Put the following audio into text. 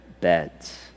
beds